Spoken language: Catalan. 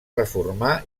reformar